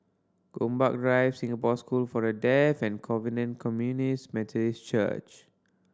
Gombak Drive Singapore School for The Deaf and Covenant Communities Methodist Church